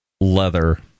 leather